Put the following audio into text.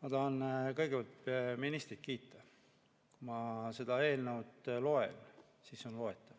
Ma tahan kõigepealt ministrit kiita. Kui ma seda eelnõu loen, siis see on loetav.